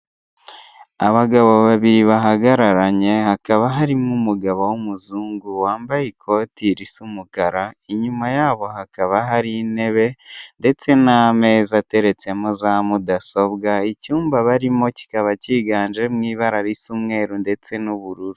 Abagabo babiri bahagararanye hakaba harimo umugabo w'umuzungu wambaye ikoti risa umukara, inyuma yabo hakaba hari intebe ndetse n'ameza ateretsemo za mudasobwa, icyumba barimo kikaba kiganjemo ibara risa umweru ndetse n'ubururu.